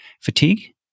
fatigue